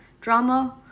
drama